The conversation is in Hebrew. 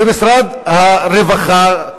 ומשרד הרווחה,